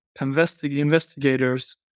investigators